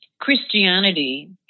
Christianity